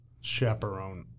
Chaperone